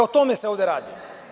O tome se ovde radi.